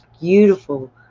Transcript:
beautiful